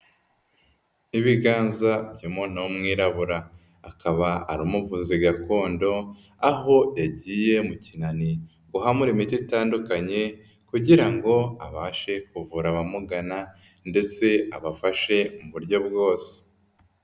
Ibiganza by'umuntu w'umwirabura akaba ari umuvuzi gakondo, aho yagiye mu kinani guhamura imiti itandukanye kugira ngo abashe kuvura abamugana ndetse abafashe mu buryo bwose.